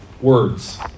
words